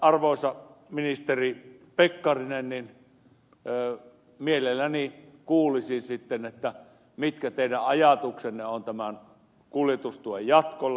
arvoisa ministeri pekkarinen mielelläni kuulisin sitten mitkä teidän ajatuksenne ovat tämän kuljetustuen jatkolle